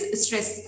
stress